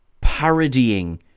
parodying